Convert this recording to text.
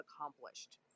accomplished